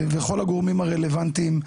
וכל הגורמים הרלוונטיים.